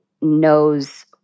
knows